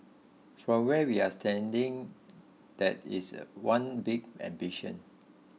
from where we're standing that is a one big ambition